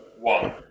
one